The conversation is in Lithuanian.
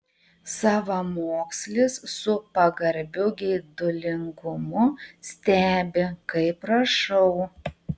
savamokslis su pagarbiu geidulingumu stebi kaip rašau